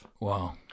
Wow